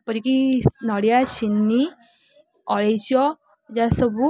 ଏପରିକି ନଡ଼ିଆ ଚିନି ଅଳେଇଚ ଯାହା ସବୁ